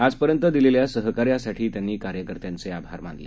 आजपर्यंत दिलेल्या सहकार्यासाठी त्यांनी कार्यकर्त्यांचे आभार मानले